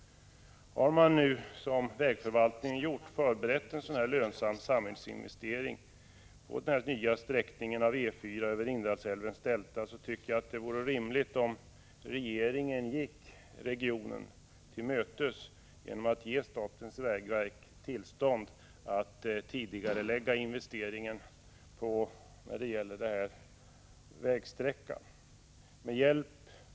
Om man nu, som vägförvaltningen gjort, förberett en sådan lönsam samhällsinvestering som den nya sträckningen av E 4 över Indalsälvens delta är, tycker jag att det vore rimligt om regeringen gick regionen till mötes genom att ge vägverket tillstånd att tidigarelägga investeringen på vägsträckan.